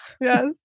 Yes